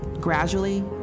gradually